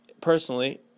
personally